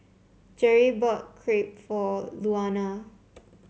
Jere bought Crepe for Luana